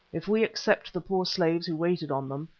if we except the poor slaves who waited on them,